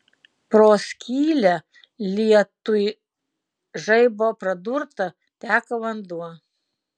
pro skylę lietuj žaibo pradurtą teka vanduo